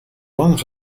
lang